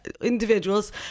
individuals